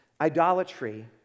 Idolatry